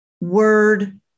word